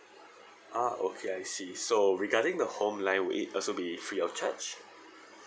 ah okay I see so regarding the home line will it also be free of charge